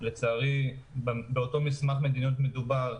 לצערי באותו מסמך מדיניות מדובר,